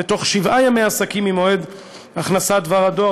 בתוך שבעה ימי עסקים ממועד הכנסת דבר הדואר